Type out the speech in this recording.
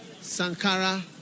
Sankara